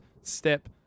step